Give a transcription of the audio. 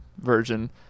version